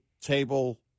table